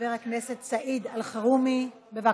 חבר הכנסת סעיד אלחרומי, בבקשה.